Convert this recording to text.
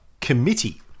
committee